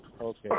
okay